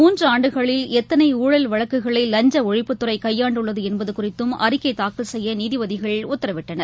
முன்றுஆண்டுகளில் எத்தனைமாழல் கடந்த வழக்குகளைலஞ்சஒழிப்புத்துறைகையாண்டுள்ளதுஎன்பதுகுறித்தும் அறிக்கைதாக்கல் செய்யநீதிபதிகள் உத்தரவிட்டனர்